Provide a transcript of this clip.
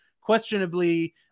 questionably